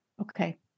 Okay